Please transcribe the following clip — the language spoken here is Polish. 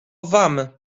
wam